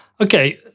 Okay